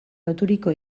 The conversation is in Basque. loturiko